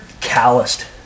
calloused